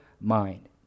mind